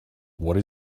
what